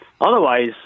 Otherwise